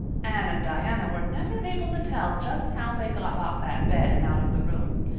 anne and diana were never able to tell just how they got off that bed and out of the room.